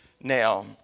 Now